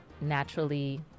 naturally